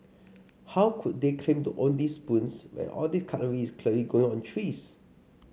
how could they claim to own those spoons when all those cutlery is clearly growing on trees